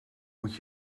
moet